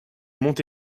monte